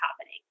happening